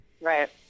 Right